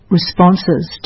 Responses